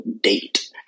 date